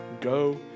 Go